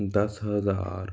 ਦਸ ਹਜ਼ਾਰ